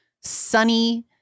sunny